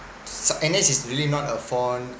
N_S is really not a fond